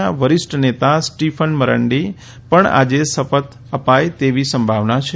ના વરિષ્ઠ નેતા સ્ટીફાન મારાંડીને પણ આજે શપથ અપાય તેવી સંભાવના છે